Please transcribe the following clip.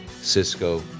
Cisco